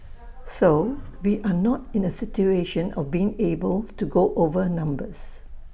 so we are not in A situation of being able to go over numbers